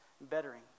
bettering